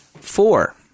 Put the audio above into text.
Four